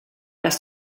dass